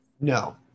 No